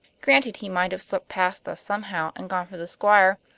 granted he might have slipped past us somehow, and gone for the squire.